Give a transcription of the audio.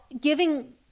Giving